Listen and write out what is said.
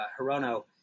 Hirono